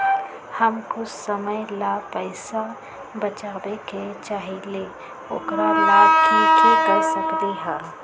हम कुछ समय ला पैसा बचाबे के चाहईले ओकरा ला की कर सकली ह?